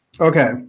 Okay